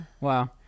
Wow